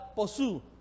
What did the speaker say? Pursue